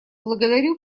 благодарю